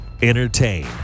Entertain